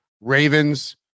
Ravens